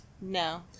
No